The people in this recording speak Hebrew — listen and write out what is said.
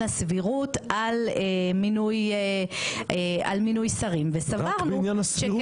הסבירות על מינוי שרים וסברנו שככל --- רק את עניין הסבירות?